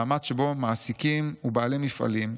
מאמץ שבו מעסיקים ובעלי מפעלים,